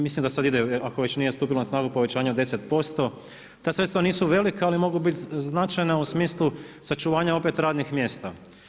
Misli da sada ide, ako već nije stupilo na snagu povećanje od 10%, ta sredstva nisu velika ali mogu biti značajna u smislu sačuvanja opet radnih mjesta.